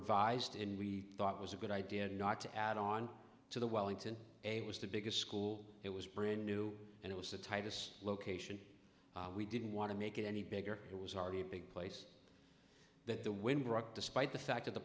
advised in we thought was a good idea not to add on to the wellington a it was the biggest school it was brand new and it was the tightest location we didn't want to make it any bigger it was already a big place that the wind broke despite the fact of the